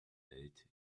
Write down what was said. welt